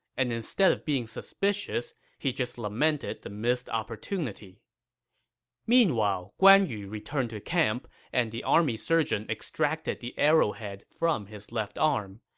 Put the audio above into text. and instead of being suspicious, he just lamented the missed opportunity meanwhile, guan yu returned to camp and the army surgeon extracted the arrow head from his left arm.